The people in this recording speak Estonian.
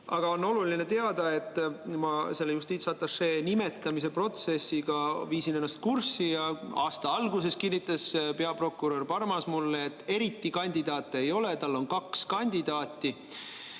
aga on oluline teada, et ma selle justiitsatašee nimetamise protsessiga viisin ennast kurssi. Aasta alguses kinnitas peaprokurör Parmas mulle, et kandidaate eriti ei ole, tal on kaks kandidaati,